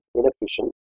inefficient